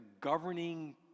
governing